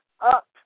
up